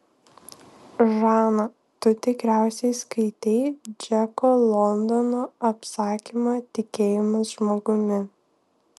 žana tu tikriausiai skaitei džeko londono apsakymą tikėjimas žmogumi